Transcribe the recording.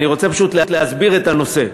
אני רוצה פשוט להסביר את הנושא.